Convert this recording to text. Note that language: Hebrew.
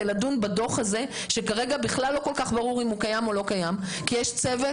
התכנסנו כדי לדון בדוח שכרגע לא ברור אם הוא קיים או לא כי יש צוות,